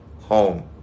home